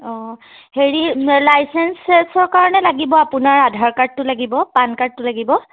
অ' হেৰি লাইচেঞ্চৰ কাৰণে লাগিব আপোনাৰ আধাৰ কাৰ্ডটো লাগিব পান কাৰ্ডটো লাগিব